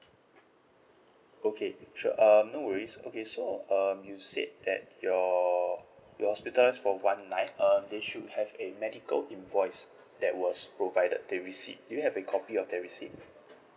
okay sure um no worries okay so um you said that you're you're hospitalised for one night um they should have a medical invoice that was provided the receipt do you have a copy of that receipt